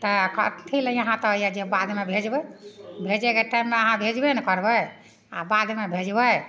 तऽ कथीलए अहाँ तऽ होइ यऽ जे बादमे भेजबै भेजैके टाइममे अहाँ भेजबे ने करबै आओर बादमे भेजबै